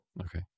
Okay